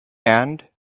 and